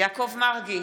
יעקב מרגי,